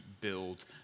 build